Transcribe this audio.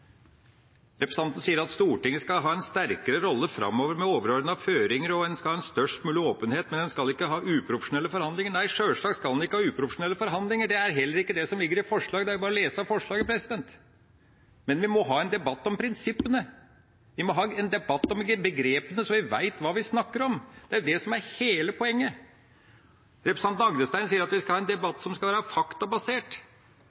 Representanten sier at Stortinget skal ha en sterkere rolle framover med overordnede føringer, og at en skal ha en størst mulig åpenhet, men en skal ikke ha uprofesjonelle forhandlinger. Nei, sjølsagt skal en ikke ha uprofesjonelle forhandlinger. Det er heller ikke det som ligger i forslaget – det er jo bare å lese forslaget. Men vi må ha en debatt om prinsippene. Vi må ha en debatt om begrepene, så vi vet hva vi snakker om. Det er det som er hele poenget. Representanten Agdestein sier at vi skal ha en debatt som skal være faktabasert.